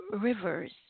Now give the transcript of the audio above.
rivers